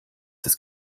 das